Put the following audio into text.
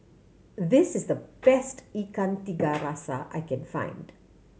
this is the best Ikan Tiga Rasa I can find